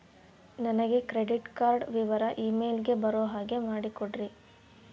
ನನಗೆ credit card ವಿವರ email ಗೆ ಬರೋ ಹಾಗೆ ಮಾಡಿಕೊಡ್ರಿ?